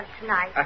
tonight